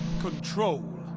Control